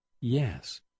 yes